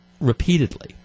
repeatedly